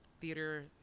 theater